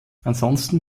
ansonsten